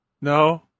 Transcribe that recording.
No